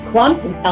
Quantum